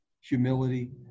humility